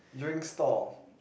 drink store